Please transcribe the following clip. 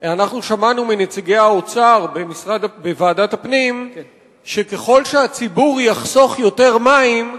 אנחנו שמענו מנציגי האוצר בוועדת הפנים שככל שהציבור יחסוך יותר מים,